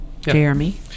Jeremy